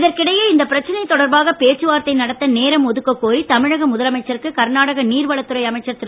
இதற்கிடையே இந்தப் பிரச்னை தொடர்பாக பேச்சுவார்த்தை நடத்த நேரம் ஒதுக்கக்கோரி தமிழக முதலமைச்சருக்கு கர்நாடக நீர்வளத்துறை அமைச்சர் திரு